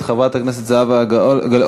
חברת הכנסת זהבה גלאון,